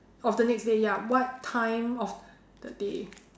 of the next day ya what time of the day